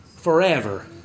forever